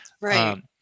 Right